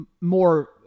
more